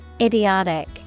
Idiotic